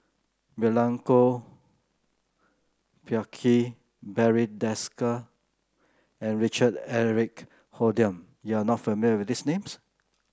Milenko Prvacki Barry Desker and Richard Eric Holttum you are not familiar with these names